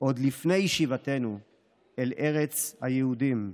עוד לפני שיבתנו אל ארץ היהודים".